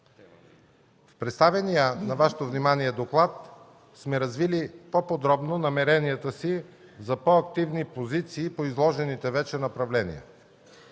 В представения на Вашето внимание доклад сме развили по-подробно намерението си за по-активни позиции по изложените вече направления.